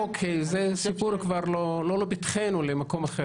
זה סיפור כבר לא לפתחנו, למקום אחר.